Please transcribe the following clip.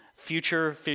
future